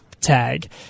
tag